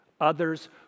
others